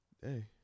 Hey